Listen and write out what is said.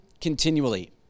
continually